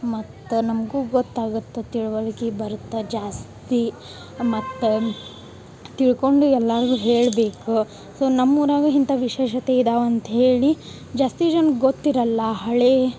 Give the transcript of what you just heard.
ಮತ್ತೆ ನಮಗೂ ಗೊತ್ತಾಗತ್ತೆ ತಿಳ್ವಳ್ಕಿ ಬರತ್ತೆ ಜಾಸ್ತಿ ಮತ್ತೆ ತಿಳ್ಕೊಂಡು ಎಲ್ಲಾರಿಗು ಹೇಳ್ಬೇಕು ಸೊ ನಮ್ಮೂರಾಗ ಇಂಥಾ ವಿಶೇಷತೆ ಇದಾವಂತ ಹೇಳಿ ಜಾಸ್ತಿ ಜನ್ಕ ಗೊತ್ತಿರಲ್ಲ ಹಳೇ